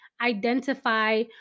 identify